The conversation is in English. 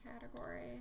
category